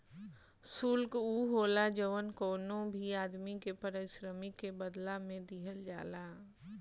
शुल्क उ होला जवन कवनो भी आदमी के पारिश्रमिक के बदला में दिहल जाला